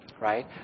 right